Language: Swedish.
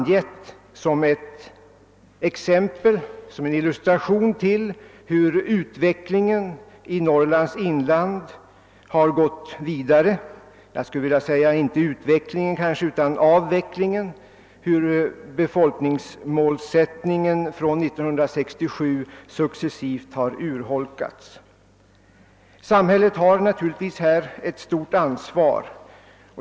Vi har med detta exempel velat lämna en illustration till hur utvecklingen i Norr lands inland har fortgått — jag skulle kanske inte säga utvecklingen utan av vecklingen — och hur målsättningsalternativet från 1967 successivt har urholkats. Samhället har naturligtvis här ett stort ansvar.